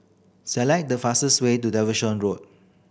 select the fastest way to Road